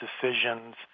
decisions